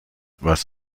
was